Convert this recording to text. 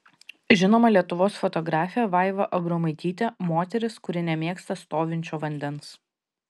žinoma lietuvos fotografė vaiva abromaitytė moteris kuri nemėgsta stovinčio vandens